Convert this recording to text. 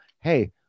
hey